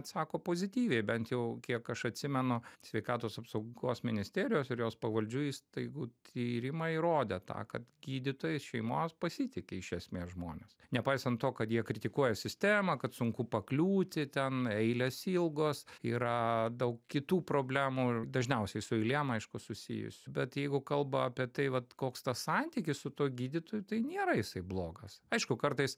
atsako pozityviai bent jau kiek aš atsimenu sveikatos apsaugos ministerijos ir jos pavaldžių įstaigų tyrimai rodė tą kad gydytoju šeimos pasitiki iš esmės žmones nepaisant to kad jie kritikuoja sistemą kad sunku pakliūti ten eilės ilgos yra daug kitų problemų dažniausiai su eilėm aišku susijusių bet jeigu kalba apie tai vat koks tas santykis su tuo gydytoju tai nėra jisai blogas aišku kartais